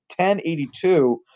1082